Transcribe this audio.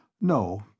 No